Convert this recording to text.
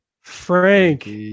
Frank